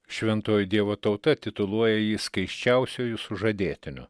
šventoji dievo tauta tituluoja jį skaisčiausiuoju sužadėtiniu